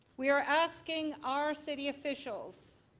we are asking our city officials